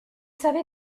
savez